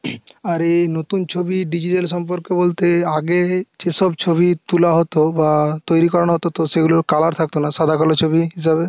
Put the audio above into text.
আর এই নতুন ছবি ডিজিটাল সম্পর্কে বলতে আগে যে সব ছবি তুলা হতো বা তৈরি করানো হতো তো সেগুলোর কালার থাকত না সাদা কালো ছবি হিসাবে